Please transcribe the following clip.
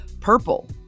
purple